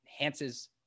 enhances